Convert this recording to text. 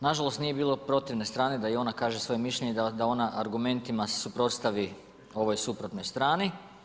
Nažalost, nije bilo protivne strane da i ona kaže svoje mišljenje i da ona argumentima se suprotstavi ovoj suprotnoj strani.